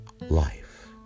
life